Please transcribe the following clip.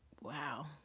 Wow